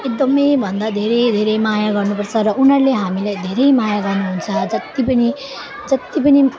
एकदमै भन्दा धेरै धेरै माया गर्नुपर्छ र उनीहरूले हामीलाई धेरै माया गर्नुहुन्छ जत्ति पनि जत्ति पनि